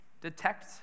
detect